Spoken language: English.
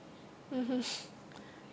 (uh huh)